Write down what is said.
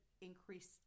increase